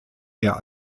der